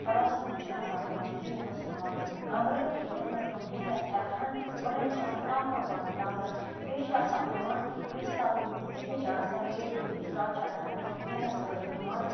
class روم چھِنہٕ آسان تِمَن کِہیٖنۍ یا تِم کَمرٕ یَتھ مَنٛز تِم بِہت ہیکہَن گۄڈٕنی چھِ آسان کَم کَم تِمَن کَمرٕ بیٚیہِ چھِ آسان تِمَن یُس تَلہٕ یِم بِہت چھِ آسان میٹِنگ یُس تَلہٕ چھِ آسان بہنَس خٲطرٕ تِمَن